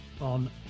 on